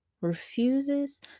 refuses